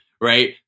right